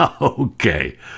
Okay